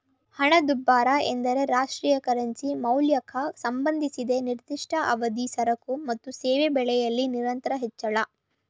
ಹಣದುಬ್ಬರ ಎಂದ್ರೆ ರಾಷ್ಟ್ರೀಯ ಕರೆನ್ಸಿ ಮೌಲ್ಯಕ್ಕೆ ಸಂಬಂಧಿಸಿದ ನಿರ್ದಿಷ್ಟ ಅವಧಿ ಸರಕು ಮತ್ತು ಸೇವೆ ಬೆಲೆಯಲ್ಲಿ ನಿರಂತರ ಹೆಚ್ಚಳ